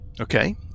okay